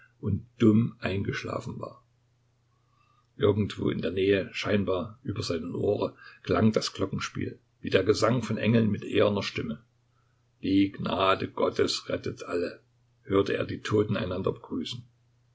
und dumm eingeschlafen war irgendwo in der nähe scheinbar über seinem ohre klang das glockenspiel wie der gesang von engeln mit ehernen stimmen die gnade gottes rettet alle hörte er die toten einander begrüßen